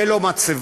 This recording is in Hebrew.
תהיה לו מצבה,